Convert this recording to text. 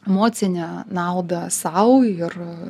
emocinę naudą sau ir